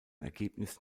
ergebnis